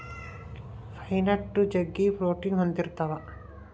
pine nut ಜಗ್ಗಿ protein ಹೊಂದಿರ್ತವ